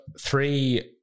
three